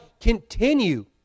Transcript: continue